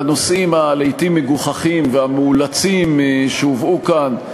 והנושאים הלעתים-מגוחכים והמאולצים שהובאו כאן,